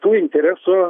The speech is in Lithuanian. tų interesų